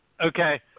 Okay